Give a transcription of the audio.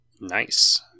Nice